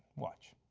watch.